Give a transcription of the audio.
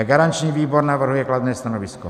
Garanční výbor navrhuje kladné stanovisko.